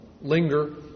linger